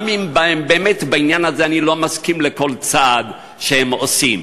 גם אם באמת בעניין הזה אני לא מסכים לכל צעד שהם עושים.